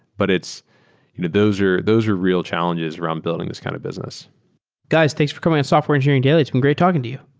but you know those are those are real challenges around buildings this kind of business guys, thanks for coming on software engineering daily. it's been great talking to you.